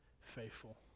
faithful